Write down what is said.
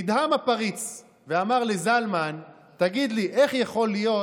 נדהם הפריץ ואמר לזלמן: תגיד לי, איך יכול להיות